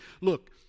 look